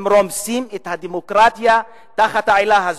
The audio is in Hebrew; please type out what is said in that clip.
הם רומסים את הדמוקרטיה תחת העילה הזאת.